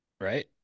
right